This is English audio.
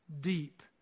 deep